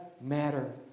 matter